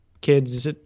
kids